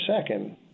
second